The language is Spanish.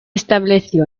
estableció